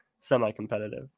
semi-competitive